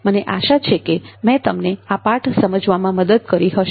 મને આશા છે કે મેં તમને આ પાઠ સમજવામાં મદદ કરી હશે